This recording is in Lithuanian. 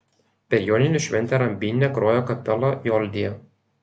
per joninių šventę rambyne grojo kapela joldija